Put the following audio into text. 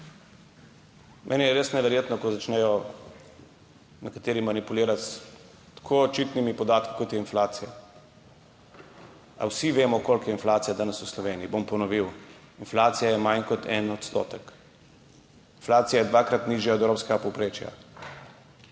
Meni je res neverjetno, ko začnejo nekateri manipulirati s tako očitnimi podatki, kot je inflacija. A vsi vemo, koliko je inflacija danes v Sloveniji? Bom ponovil. Inflacija je manj kot en odstotek, inflacija je dvakrat nižja od evropskega povprečja.